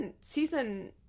season